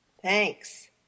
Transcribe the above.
Thanks